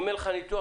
אם אין לך ניתוח,